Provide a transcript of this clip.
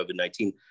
COVID-19